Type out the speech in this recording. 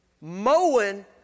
Mowing